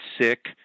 sick